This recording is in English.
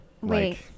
Wait